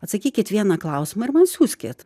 atsakykit vieną klausimą ir man siųskit